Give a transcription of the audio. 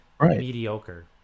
mediocre